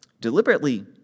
deliberately